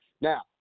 Now